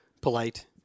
polite